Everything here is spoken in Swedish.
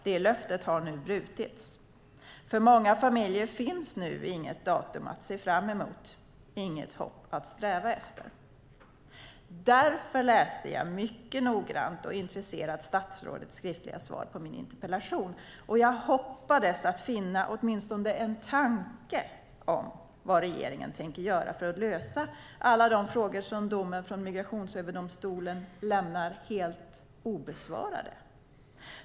Det löftet har nu brutits. För många familjer finns nu inget datum att se fram emot, inget hopp att sträva efter. Därför läste jag mycket noggrant och intresserat statsrådets skriftliga svar på min interpellation, och jag hoppades finna åtminstone en tanke om vad regeringen tänker göra för att lösa alla de frågor som domen från Migrationsöverdomstolen lämnar helt obesvarade.